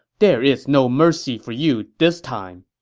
there is no mercy for you this time!